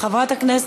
חברת הכנסת,